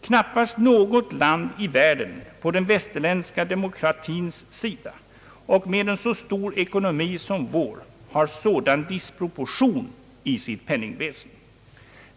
Knappast något land i världen på de västerländska demokratiernas sida och med en så stor ekonomi som vår har sådan disproportion i sitt penningväsen.